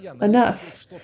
Enough